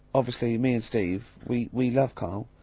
obviously, me and steve, we, we love karl.